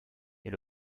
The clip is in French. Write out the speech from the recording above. est